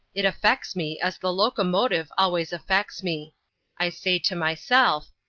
it affects me as the locomotive always affects me i say to myself,